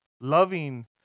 loving